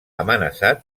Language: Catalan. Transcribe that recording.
amenaçat